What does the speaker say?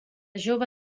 jove